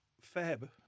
Fab